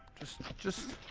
just just.